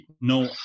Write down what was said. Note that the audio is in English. no